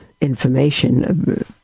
information